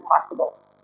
possible